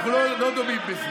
כשיהיה לכם כזה מנהיג גם אתם תהיו.